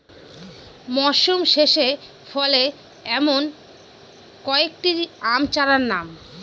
মরশুম শেষে ফলে এমন কয়েক টি আম চারার নাম?